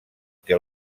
que